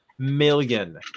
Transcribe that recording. million